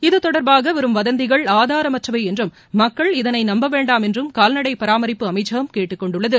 இத்தொடர்பாக வரும் வதந்திகள் ஆதாரமற்றவை என்றும் மக்கள் இதனை நம்பவேண்டாம் என்றும் கால்நடை பராமரிப்பு அமைச்சகம் கேட்டுக்கொண்டுள்ளது